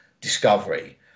Discovery